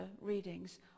readings